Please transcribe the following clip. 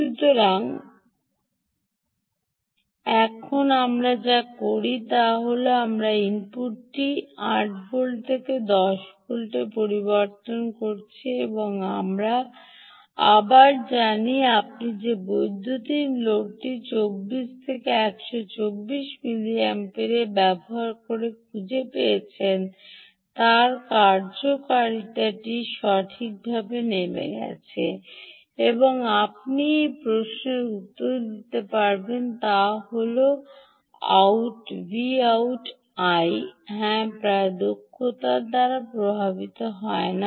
সুতরাং এখন আমরা যা করি তা হল আমরা ইনপুটটি 8 থেকে 10 ভোল্ট থেকে পরিবর্তন করেছি এবং আমরা আবার জানি আপনি যে বৈদ্যুতিন লোডটি 24 থেকে 124 মিলিঅ্যাম্পিয়ার ব্যবহার করে খুঁজে পেয়েছেন তার কার্যকারিতাটি সঠিকভাবে নেমে গেছে এখন আপনি এই প্রশ্নের উত্তর দিতে পারবেন হল আউট আউটআই হ্যাঁ প্রায় দক্ষতার দ্বারা প্রভাবিত হয় না